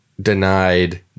denied